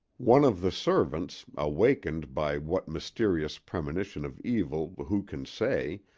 one of the servants, awakened by what mysterious premonition of evil who can say,